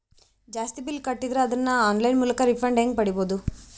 ಜಾಸ್ತಿ ಬಿಲ್ ಕಟ್ಟಿದರ ಅದನ್ನ ಆನ್ಲೈನ್ ಮೂಲಕ ರಿಫಂಡ ಹೆಂಗ್ ಪಡಿಬಹುದು?